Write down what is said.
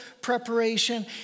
preparation